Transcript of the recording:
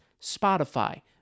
Spotify